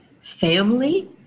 family